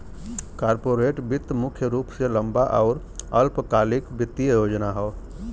corporate वित्त मुख्य रूप से लंबा आउर अल्पकालिक वित्तीय योजना हौ